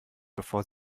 bevor